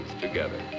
together